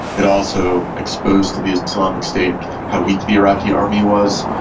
it also exposed to the islamic state how weak the iraqi army was.